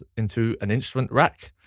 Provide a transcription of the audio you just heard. ah into an instrument rack.